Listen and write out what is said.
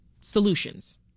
solutions